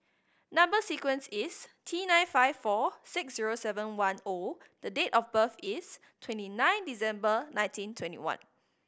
number sequence is T nine five four six zero seven one O the date of birth is twenty nine December nineteen twenty one